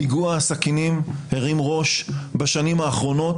פיגוע הסכינים הרים ראש בשנים האחרונות